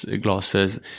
glasses